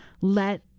let